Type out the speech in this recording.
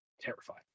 terrified